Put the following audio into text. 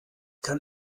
kann